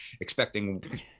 expecting